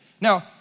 Now